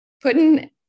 putting